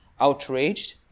outraged